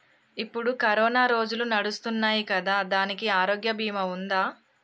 ఇప్పుడు కరోనా రోజులు నడుస్తున్నాయి కదా, దానికి ఆరోగ్య బీమా ఉందా?